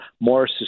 more